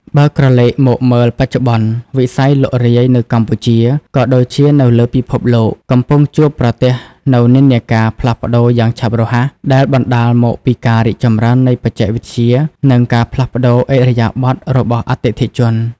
បើក្រឡេកមកមើលបច្ចុប្បន្ន វិស័យលក់រាយនៅកម្ពុជា ក៏ដូចជានៅលើពិភពលោក កំពុងជួបប្រទះនូវនិន្នាការផ្លាស់ប្តូរយ៉ាងឆាប់រហ័ស ដែលបណ្ដាលមកពីការរីកចម្រើននៃបច្ចេកវិទ្យា និងការផ្លាស់ប្តូរឥរិយាបថរបស់អតិថិជន។